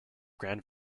grand